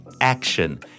action